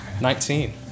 Nineteen